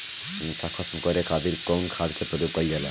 मोथा खत्म करे खातीर कउन खाद के प्रयोग कइल जाला?